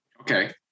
Okay